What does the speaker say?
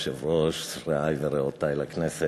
אדוני היושב-ראש, רעי ורעותי לכנסת,